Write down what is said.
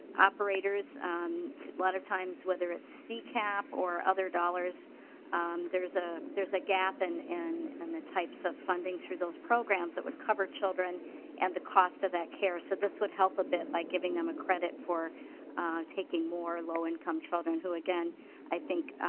operators a lot of times whether it c cap or other dollars there is ah there is a gap and in and the types of funding through those programs that cover cover children and the cost of that care so this would help ah by giving them a credit for taking more low income children who again i think